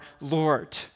Lord